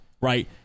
right